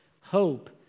hope